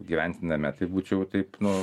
gyventi name tai būčiau taip nu